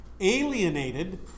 Alienated